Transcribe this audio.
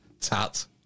tat